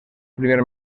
primer